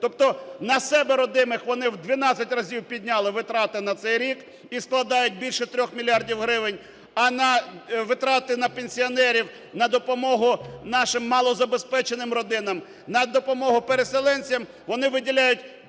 Тобто на себе, родимих, вони в дванадцять разів підняли витрати на цей рік - і складають більше 3 мільярдів гривень. А витрати на пенсіонерів, на допомогу нашим малозабезпеченим родинам, на допомогу переселенцям вони виділяють